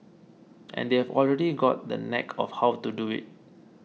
and they have already got the knack of how to do it